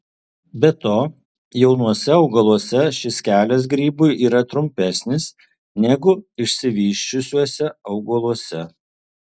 be to jaunuose augaluose šis kelias grybui yra trumpesnis negu išsivysčiusiuose augaluose